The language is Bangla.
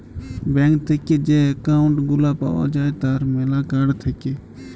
ব্যাঙ্ক থেক্যে যে একউন্ট গুলা পাওয়া যায় তার ম্যালা কার্ড থাক্যে